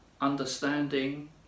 understanding